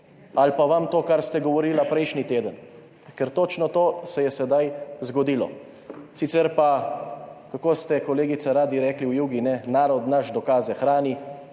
ali pa vam na to, kar ste govorili prejšnji teden? Ker točno to se je sedaj zgodilo. Sicer pa, kako ste, kolegica, radi rekli v Jugi? Narod naš dokaze hrani,